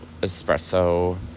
Espresso